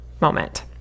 moment